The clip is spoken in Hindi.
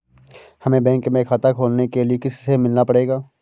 हमे बैंक में खाता खोलने के लिए किससे मिलना पड़ेगा?